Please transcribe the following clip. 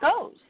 goes